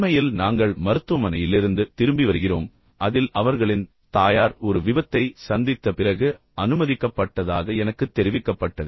உண்மையில் நாங்கள் மருத்துவமனையிலிருந்து திரும்பி வருகிறோம் அதில் அவர்களின் தாயார் ஒரு விபத்தை சந்தித்த பிறகு அனுமதிக்கப்பட்டதாக எனக்குத் தெரிவிக்கப்பட்டது